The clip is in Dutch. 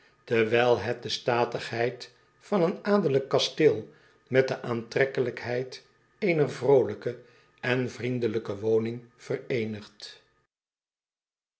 terwijl het de statigheid van een adellijk kasteel met de aantrekkelijkheid eener vrolijke en vriendelijke woning vereenigt